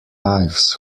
ives